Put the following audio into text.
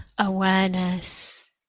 awareness